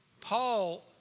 Paul